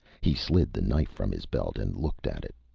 he slid the knife from his belt and looked at it.